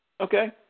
Okay